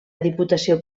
diputació